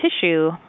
tissue